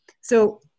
So-